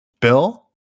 Bill